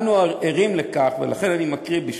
אנו ערים לכך, ולכן אני מקריא,